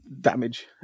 damage